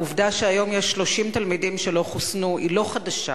העובדה שהיום יש 30 תלמידים שלא חוסנו היא לא חדשה.